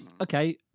okay